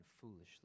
foolishly